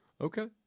Okay